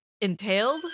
entailed